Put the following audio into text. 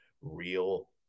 real